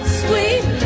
sweet